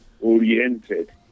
oriented